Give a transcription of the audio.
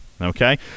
Okay